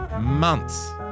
Months